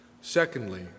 Secondly